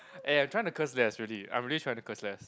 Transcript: eh I'm tryna curse less really I'm really tryna curse less